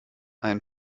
ein